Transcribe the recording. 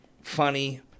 funny